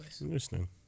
Interesting